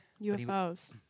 UFOs